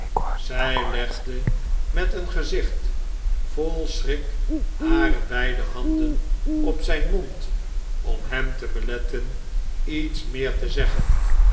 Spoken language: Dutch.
zij legde met een gezicht vol schrik hare beide handen op zijn mond om hem te beletten iets meer te zeggen